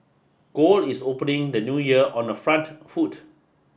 gold is opening the new year on the front foot